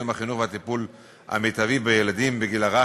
החינוך והטיפול המיטבי בילדים בגיל הרך,